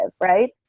Right